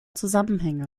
zusammenhänge